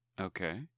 Okay